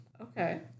Okay